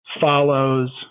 Follows